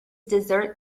dessert